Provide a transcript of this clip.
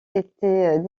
était